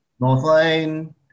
Northlane